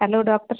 hello doctor